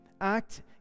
act